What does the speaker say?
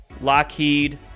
Lockheed